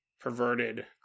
perverted